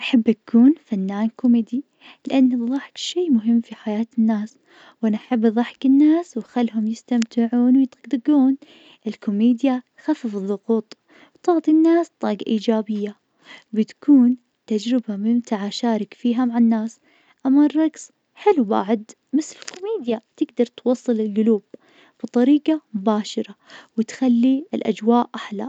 أحب اكون فنان كوميدي, لأن الضحك شي في حياة الناس, وأنا أحب أضحك الناس واخلهم يستمتعون, ويطقطقون, الكوميديا تخفف الضغوط, وتعطي الناس طاقة إيجابية, بتكون تجربة ممتعة اشارك فيها مع الناس, أما الرقص حلو بعد مثل الكوميديا, تقدر توصل للقلوب بطريقة مباشرة وتخلي الأجواء أحلى.